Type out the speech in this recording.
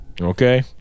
Okay